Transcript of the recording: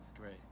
Great